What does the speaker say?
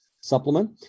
supplement